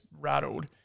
rattled